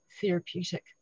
therapeutic